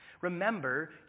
Remember